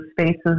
spaces